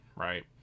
Right